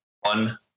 one